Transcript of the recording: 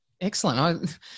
excellent